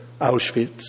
Auschwitz